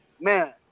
man